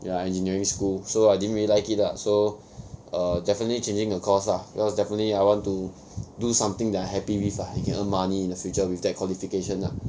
ya I engineering school so I didn't really like lah so err definitely changing the course lah because definitely I want to do something that I happy with lah you can earn money in the future with that qualification ah